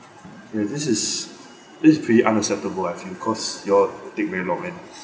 ya this is this is pretty unacceptable I feel cause you all take very long and